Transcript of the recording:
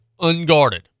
unguarded